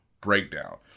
breakdown